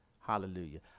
Hallelujah